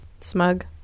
Smug